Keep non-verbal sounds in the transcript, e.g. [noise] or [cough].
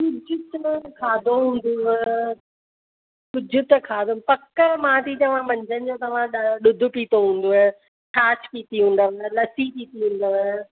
[unintelligible] खाधो हूंदुव कुझु त खाधो पक मां थी चवां मंझंनि जो तव्हां ॾुधु पीतो हूंदुव छाछ पीती हूंदुव लसी पीती हूंदुव